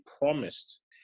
promised